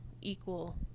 equal